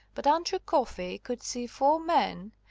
but andrew coffey could see four men,